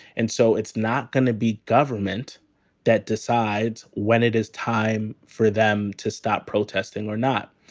and so it's not going to be government that decides when it is time for them to stop protesting or not.